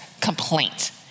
complaint